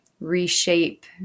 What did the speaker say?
reshape